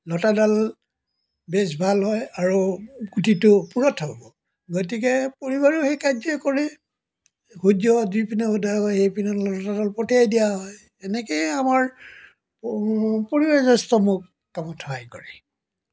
লতাডাল বেছ ভাল হয় আৰু গুটিটোও পুৰঠ হ'ব গতিকে পৰিবাৰেও সেই কাৰ্যই কৰে সূৰ্য যিপিনে উদয় হয় সেইপিনলৈ লতাদাল পঠিয়াই দিয়া হয় এনেকৈয়ে আমাৰ পৰিবাৰে যথেষ্ট মোক কামত সহায় কৰে